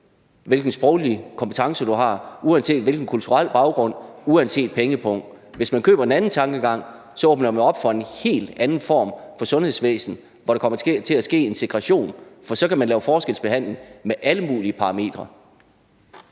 hvilken sproglig kompetence du har, uanset hvilken kulturel baggrund, uanset pengepung. Hvis man køber den anden tankegang, åbner man op for en helt anden form for sundhedsvæsen, hvor der kommer til at ske en segregation, for så kan man lave forskelsbehandling efter alle mulige parametre.